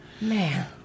Man